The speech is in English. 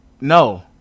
No